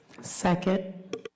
Second